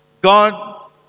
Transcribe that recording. God